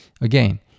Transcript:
Again